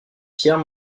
pierre